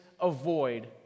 avoid